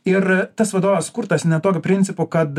ir tas vadovas sukurtas ne tokiu principu kad